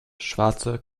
schwarze